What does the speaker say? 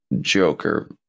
Joker